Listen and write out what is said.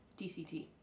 DCT